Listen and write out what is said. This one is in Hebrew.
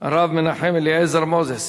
הרב מנחם אליעזר מוזס.